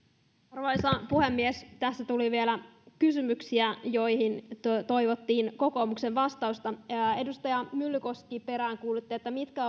arvoisa puhemies tässä tuli vielä kysymyksiä joihin toivottiin kokoomuksen vastausta edustaja myllykoski peräänkuulutti että mitkä